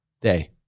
day